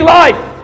life